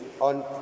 on